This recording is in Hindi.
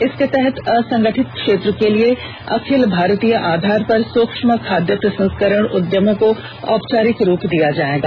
इसके तहत असंगठित क्षेत्र के लिए अखिल भारतीय आधार पर सुक्ष्म खाद्य प्रसंस्करण उद्यमों को औपचारिक रूप दिया जाएगा